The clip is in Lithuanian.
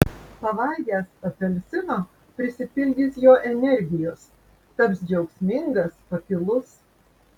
pavalgęs apelsino prisipildys jo energijos taps džiaugsmingas pakilus